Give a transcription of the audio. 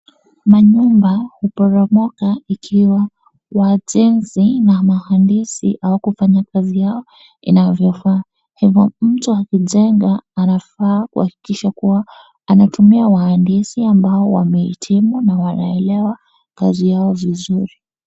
Manyumba huporomoka ikiwa wajenzi na wahandisi hawakufanya kazi yao inavyofaa. Hivyo mtu wa kujenga anafaa kuhakikisha kuwa anatumia waandisi ambao wameitimu na wanaelewa kazi yao vizuri.